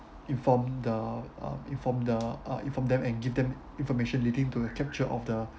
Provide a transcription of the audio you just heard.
inform the uh inform the uh inform them and give them information leading to the capture of the